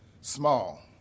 Small